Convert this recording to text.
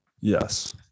Yes